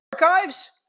archives